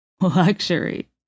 Luxury